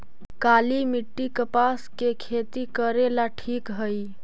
काली मिट्टी, कपास के खेती करेला ठिक हइ?